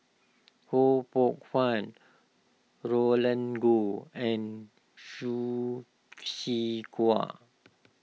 Ho Poh Fun Roland Goh and Hsu Tse Kwang